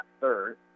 third